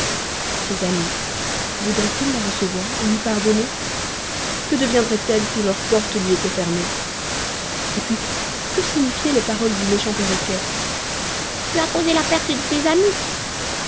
ces amis voudraient-ils la recevoir lui pardonner que deviendrait-elle si leur porte lui était fermée et puis que signifiaient les paroles du méchant perroquet tu as causé la perte de tes amis